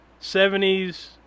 70s